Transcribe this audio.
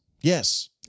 Yes